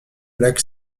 lac